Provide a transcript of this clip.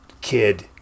kid